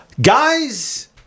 Guys